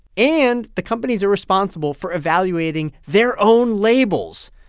and the companies are responsible for evaluating their own labels.